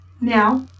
now